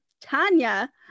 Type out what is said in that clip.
Tanya